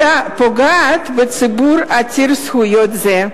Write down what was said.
פוגעת בציבור עתיר זכויות זה.